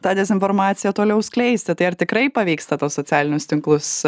tą dezinformaciją toliau skleisti tai ar tikrai pavyksta tuos socialinius tinklus